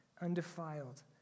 undefiled